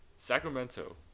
Sacramento